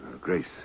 Grace